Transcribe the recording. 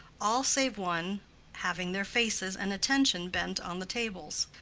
all save one having their faces and attention bent on the tables.